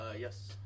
Yes